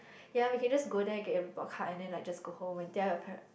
ya we can just go there get your report card and then like just go home and tell your parent